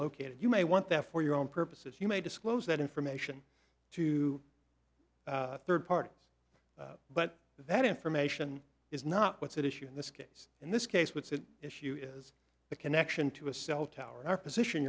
located you may want that for your own purposes you may disclose that information to third party but that information is not what's at issue in this case in this case what's at issue is the connection to a cell tower our position